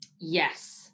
yes